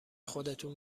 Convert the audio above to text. خودتون